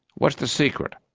what's the secret?